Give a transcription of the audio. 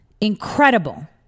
incredible